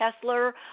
Kessler